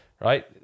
right